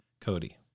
Cody